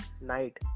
night